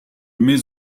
mets